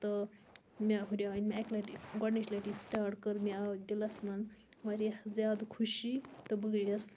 تہٕ مےٚ ہُریاو مےٚ اَکہِ لَٹہِ گۄڈنِچ لَٹہِ یہِ سٹاٹ کٔر مےٚ آو دِلَس مَنٛز واریاہ زیادٕ خوشی تہٕ بہٕ گٔیَس